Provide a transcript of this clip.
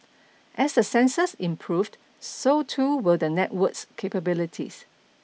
as the sensors improved so too will the network's capabilities